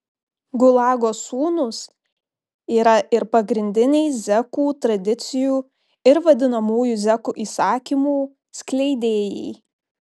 gulago sūnūs yra ir pagrindiniai zekų tradicijų ir vadinamųjų zekų įsakymų skleidėjai